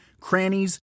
crannies